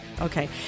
Okay